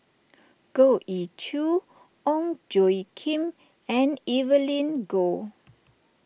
Goh Ee Choo Ong Tjoe Kim and Evelyn Goh